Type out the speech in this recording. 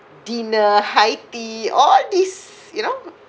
dinner high tea all these you know